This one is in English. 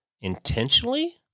intentionally